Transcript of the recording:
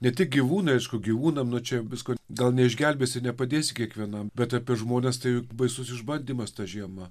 ne tik gyvūnai aišku gyvūnam nu čia visko gal neišgelbėsi nepadėsi kiekvienam bet apie žmones tai baisus išbandymas ta žiema